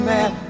Man